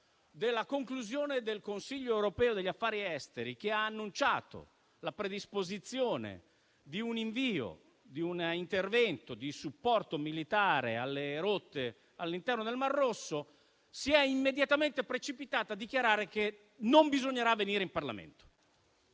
la conclusione del Consiglio europeo degli affari esteri, che ha annunciato la predisposizione di un intervento di supporto militare alle rotte all'interno del Mar Rosso, si è precipitata a dichiarare che non bisognerà venire in Parlamento.